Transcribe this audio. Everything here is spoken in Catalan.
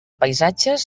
paisatges